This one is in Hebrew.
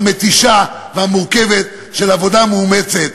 המתישה והמורכבת של עבודה מאומצת.